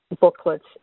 booklets